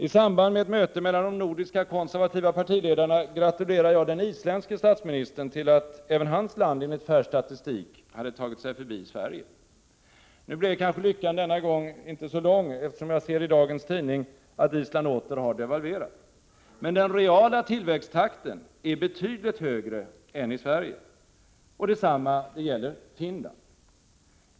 I samband med ett möte mellan de nordiska konservativa partiledarna gratulerade jag den isländske statsministern till att även hans land enligt färsk statistik hade tagit sig förbi Sverige. Nu blev kanske lyckan denna gång inte så lång, eftersom jag ser i dagens tidning att Island åter har devalverat. Men den reala tillväxttakten är betydligt högre än i Sverige, och detsamma gäller Finland.